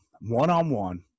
one-on-one